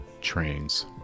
trains